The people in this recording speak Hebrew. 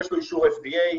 יש לו אישור FDA,